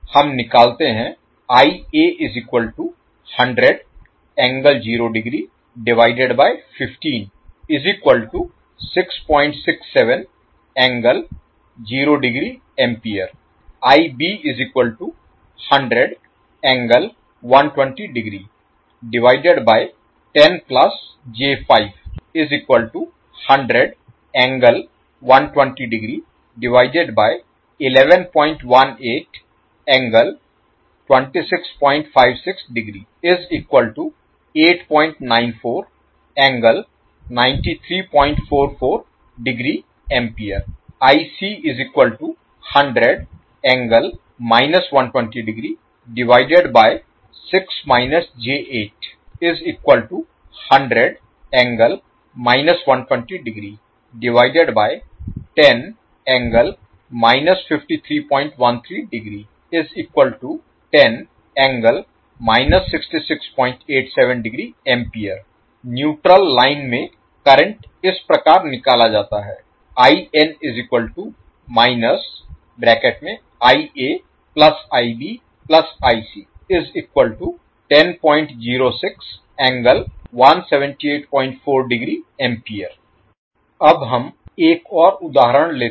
हम निकालते हैं न्यूट्रल लाइन में करंट इस प्रकार निकला जाता है अब हम एक और उदाहरण लेते हैं